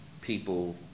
people